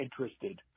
interested